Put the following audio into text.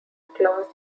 claus